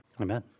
Amen